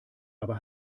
aber